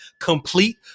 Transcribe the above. complete